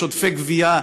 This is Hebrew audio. יש עודפי גבייה,